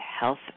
Health